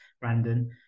Brandon